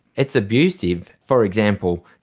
it's abusive. for example,